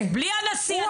אני עוצר אותך שנייה.